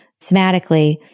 somatically